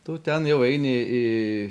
tu ten jau eini į